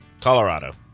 Colorado